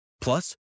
Plus